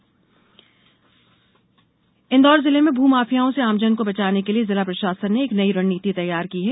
लोकसेवा गारंटी अधिनियम इंदौर जिले में भूमाफियाओं से आमजन को बचाने के लिए जिला प्रषासन ने एक नई रणनीति तैयार की है